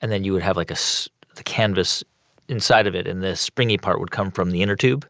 and then you would have, like, so the canvas inside of it, and the springy part would come from the inner tube